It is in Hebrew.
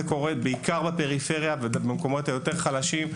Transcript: זה קורה בעיקר בפריפריה ובמקומות היותר חלשים.